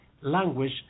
language